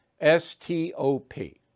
S-T-O-P